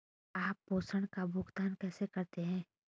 आप प्रेषण का भुगतान कैसे करते हैं?